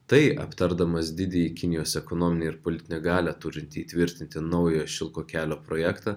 tai aptardamas didįjį kinijos ekonominį ir politinę galią turintį įtvirtinti naują šilko kelio projektą